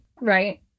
right